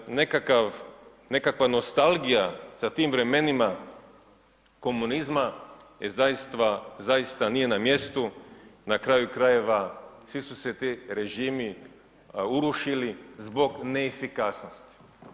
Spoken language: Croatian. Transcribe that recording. Tako da nekakav, nekakva nostalgija za tim vremenima komunizma je zaista nije na mjestu, na kraju krajeva, svi su se ti režimi urušili zbog neefikasnosti.